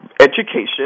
education